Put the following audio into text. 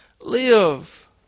Live